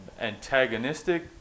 antagonistic